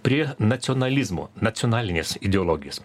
prie nacionalizmo nacionalinės ideologijos